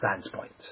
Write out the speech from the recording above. standpoint